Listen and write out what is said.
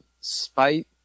spite